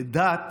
/ כדת